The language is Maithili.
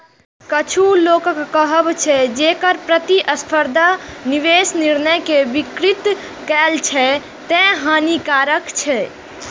किछु लोकक कहब छै, जे कर प्रतिस्पर्धा निवेश निर्णय कें विकृत करै छै, तें हानिकारक छै